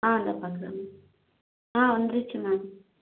ஆ இதோ பார்க்குறேன் ஆ வந்துடுச்சி மேம்